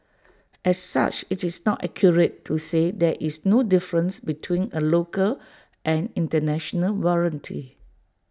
as such IT is not accurate to say that is no difference between A local and International warranty